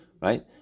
Right